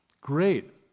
great